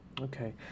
Okay